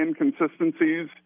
inconsistencies